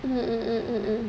mmhmm mmhmm mmhmm